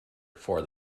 for